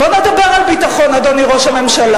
בוא נדבר על ביטחון, אדוני ראש הממשלה.